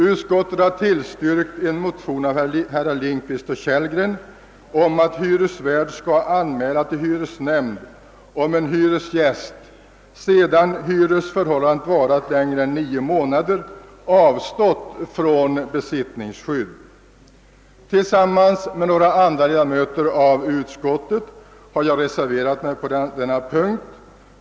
Utskottet har tillstyrkt en motion av herrar Lindkvist och Kellgren om att hyresvärd skall anmäla till hyresnämnd om en hyresgäst sedan hyresförhållandet varat längre än nio månader avstått från besittningsskydd. Tillsammans med några andra ledamöter av utskottet har jag reserverat mig på denna punkt.